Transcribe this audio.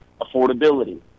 affordability